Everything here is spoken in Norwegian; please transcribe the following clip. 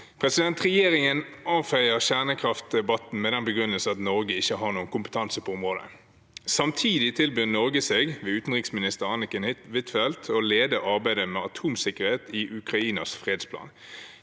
«Regjeringen avfeier kjernekraftdebatten med den begrunnelse at Norge ikke har noen kompetanse på området. Samtidig tilbyr Norge seg, ved utenriksminister Anniken Huitfeldt, å lede arbeidet med atomsikkerhet i Ukrainas fredsplan.